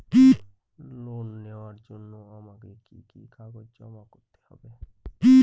Loan নেওয়ার জন্য আমাকে কি কি কাগজ জমা করতে হবে?